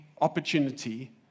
opportunity